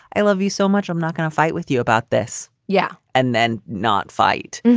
i love you so much. i'm not going to fight with you about this. yeah. and then not fight.